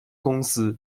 公司